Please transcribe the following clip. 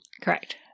Correct